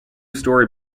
story